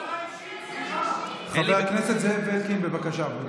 לא הודעה אישית, חבר הכנסת זאב אלקין, בבקשה.